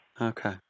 Okay